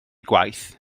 gwaith